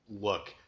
look